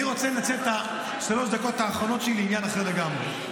אני רוצה לנצל את שלוש הדקות האחרונות שלי לעניין אחר לגמרי.